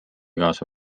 kaasa